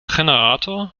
generator